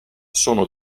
sono